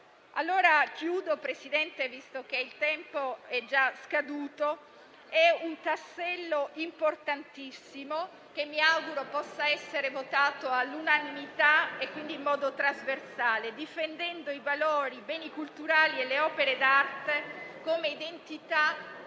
signor Presidente, visto che il tempo è già scaduto, dicendo che è un tassello importantissimo, che mi auguro possa essere votato all'unanimità e quindi in modo trasversale, difendendo i valori, i beni culturali e le opere d'arte come identità